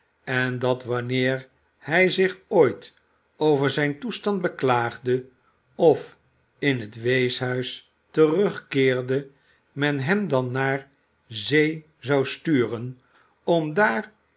en dat wanneer hij zich ooit over zijn toestand beklaagde of in het weeshuis terugkeerde men hem dan naar zee zou sturen om daar